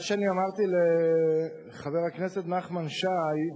מה שאני אמרתי לחבר הכנסת נחמן שי הוא,